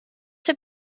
have